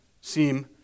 seem